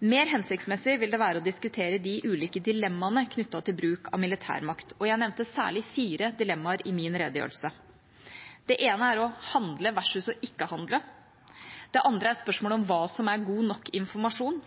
Mer hensiktsmessig vil det være å diskutere de ulike dilemmaene knyttet til bruk av militærmakt, og jeg nevnte særlig fire dilemmaer i min redegjørelse. Det ene er å handle versus ikke å handle, det andre er spørsmålet om hva som er god nok informasjon,